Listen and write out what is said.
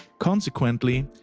consequently,